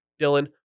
Dylan